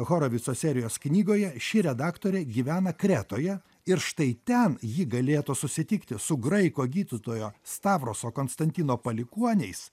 horovico serijos knygoje ši redaktorė gyvena kretoje ir štai ten ji galėtų susitikti su graiko gydytojo stavroso konstantino palikuoniais